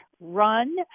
run